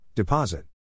Deposit